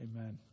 Amen